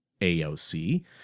AOC